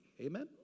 Amen